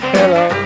Hello